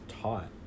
taught